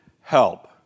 help